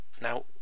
Now